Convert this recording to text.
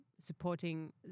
supporting